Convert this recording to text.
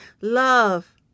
love